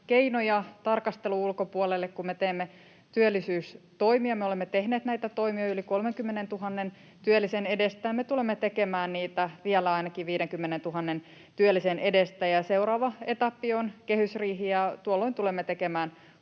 keinoja tarkastelun ulkopuolelle, kun me teemme työllisyystoimia. Me olemme tehneet näitä toimia yli 30 000 työllisen edestä, ja me tulemme tekemään niitä vielä ainakin 50 000 työllisen edestä. Seuraava etappi on kehysriihi, ja tuolloin tulemme tekemään